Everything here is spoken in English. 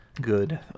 Good